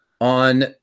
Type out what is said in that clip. on